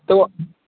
त उहो